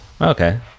Okay